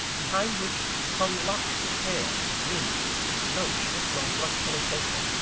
behind which hung locks of hair, rings, notes written on blush-coloured paper,